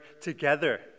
together